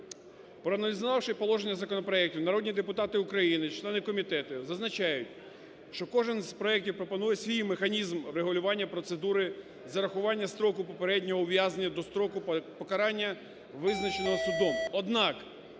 Проаналізувавши положення законопроектів, народні депутати України, члени комітету зазначають, що кожен з проектів пропонує свій механізм регулювання процедури зарахування строку попереднього ув'язнення до строку покарання, визначеного судом.